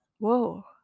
Whoa